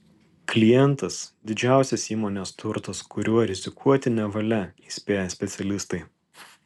klientas didžiausias įmonės turtas kuriuo rizikuoti nevalia įspėja specialistai